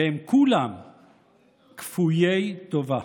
והם כולם כפויי טובה.